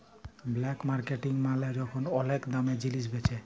black marketing মালে যখল ওলেক দামে জিলিস বেঁচে